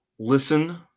Listen